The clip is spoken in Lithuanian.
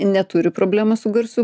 neturi problemą su garsiu